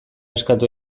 eskatu